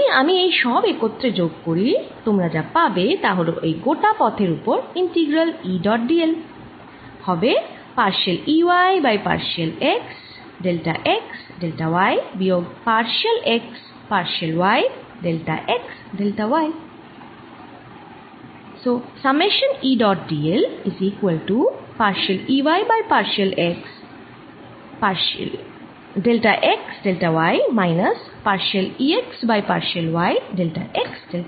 যদি আমি এই সব একত্রে যোগ করি তোমরা যা পাবে তা হলো এই গোটা পথের ওপর integral E dot d l হবে partial E y by partial x delta x delta y বিয়োগ partial E x partial y delta x delta y